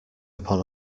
upon